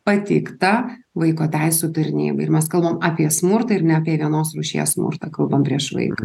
pateikta vaiko teisių tarnybai ir mes kalbam apie smurtą ir ne apie vienos rūšies smurtą kalbam prieš vaiką